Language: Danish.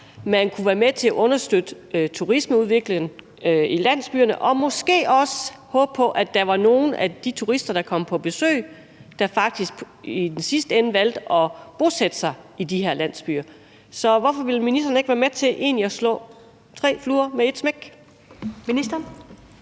man kunne være med til at understøtte turismeudviklingen i landsbyerne og måske også håbe på, at der var nogle af de turister, der kom på besøg, der i sidste ende valgte at bosætte sig i de her landsbyer. Så hvorfor vil ministeren egentlig ikke være med til at slå tre fluer med et smæk? Kl.